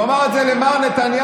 הוא אמר את זה למר נתניהו,